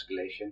escalation